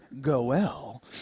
goel